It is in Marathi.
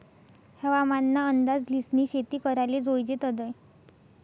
हवामान ना अंदाज ल्हिसनी शेती कराले जोयजे तदय